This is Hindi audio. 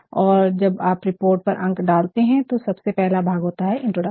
और जब आप रिपोर्ट पर अंक डालते हैं तो सबसे पहले भाग होगा इंट्रोडक्शन